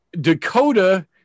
Dakota